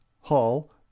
hall